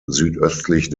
südöstlich